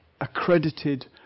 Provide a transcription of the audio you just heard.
accredited